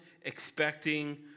expecting